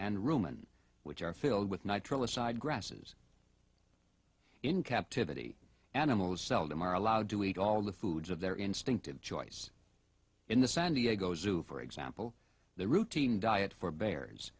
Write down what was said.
and which are filled with nitrile aside grasses in captivity animals seldom are allowed to eat all the foods of their instinctive choice in the san diego zoo for example the routine diet for bears